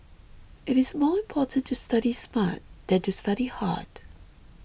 it is more important to study smart than to study hard